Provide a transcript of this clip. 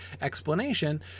explanation